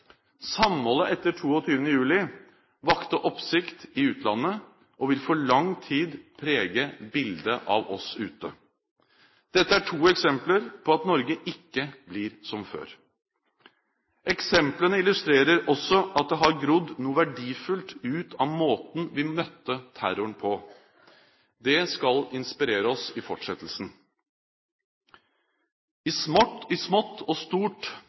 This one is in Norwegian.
Samholdet etter 22. juli vakte oppsikt i utlandet og vil for lang tid prege bildet av oss ute. Dette er to eksempler på at Norge ikke blir som før. Eksemplene illustrerer også at det har grodd noe verdifullt ut av måten vi møtte terroren på. Det skal inspirere oss i fortsettelsen. I smått og stort